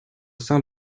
sein